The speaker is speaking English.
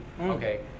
okay